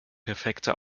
perfekte